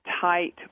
tight